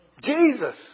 Jesus